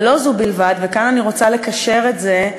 ולא זו בלבד, וכאן אני רוצה לקשר את זה,